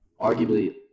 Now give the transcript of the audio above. arguably